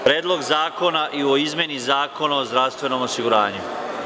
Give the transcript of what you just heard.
Predlog zakona o izmeni Zakona o zdravstvenom osiguranju.